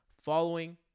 following